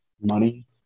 Money